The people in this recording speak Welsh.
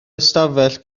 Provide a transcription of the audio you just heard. ystafell